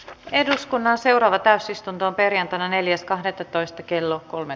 eduskunnan seuraava täysistunto perjantaina neljäs kahdettatoista kello kolme